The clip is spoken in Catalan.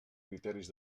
criteris